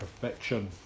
perfection